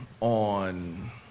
on